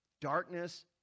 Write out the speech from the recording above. Darkness